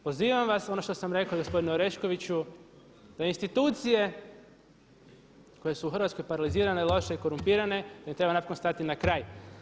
Pozivam vas ono što sam rekao i gospodinu Oreškoviću da institucije koje su u Hrvatskoj paralizirane, loše i korumpirane da im treba napokon stati na kraj.